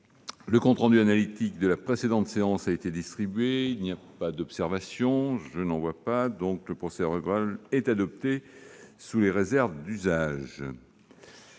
Le compte rendu analytique de la précédente séance a été distribué. Il n'y a pas d'observation ?... Le procès-verbal est adopté sous les réserves d'usage.